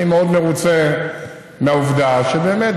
אני מאוד מרוצה מהעובדה שבאמת,